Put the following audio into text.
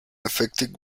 effective